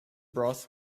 broth